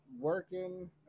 working